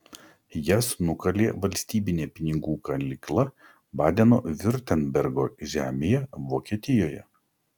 jas nukalė valstybinė pinigų kalykla badeno viurtembergo žemėje vokietijoje